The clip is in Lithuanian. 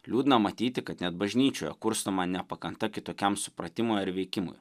liūdna matyti kad net bažnyčioje kurstoma nepakanta kitokiam supratimui ar veikimui